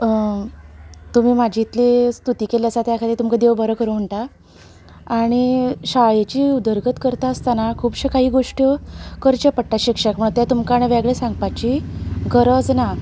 तुमी म्हाजी इतली स्तुती केल्ली आसा त्या खातीर तुमकां देव बरें करूं म्हणटा आनी शाळेची उदरगत करता आसतना खुबश्यो कांय गोश्ट्यो करच्यो पडटात शिक्षकांक तें तुमकां आनी वेगळें सांगपाची गरज ना